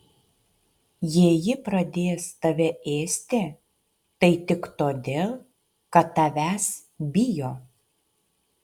jei ji pradės tave ėsti tai tik todėl kad tavęs bijo